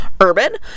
urban